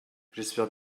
j’espère